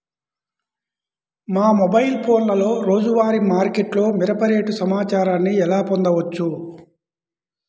మా మొబైల్ ఫోన్లలో రోజువారీ మార్కెట్లో మిరప రేటు సమాచారాన్ని ఎలా పొందవచ్చు?